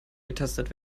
getestet